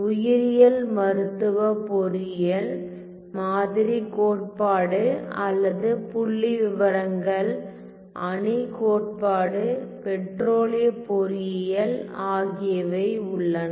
உயிரியல் மருத்துவ பொறியியல் மாதிரி கோட்பாடு அல்லது புள்ளிவிவரங்கள் அணி கோட்பாடு பெட்ரோலிய பொறியியல் ஆகியவை உள்ளன